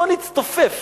בואו נצטופף.